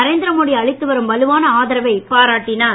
நரேந்திரமோடி அளித்து வரும் வலுவான ஆதரவைப் பாராட்டினார்